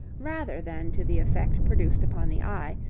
rather than to the effect produced upon the eye,